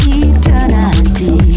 eternity